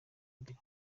imbere